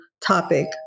topic